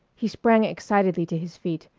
he sprang excitedly to his feet.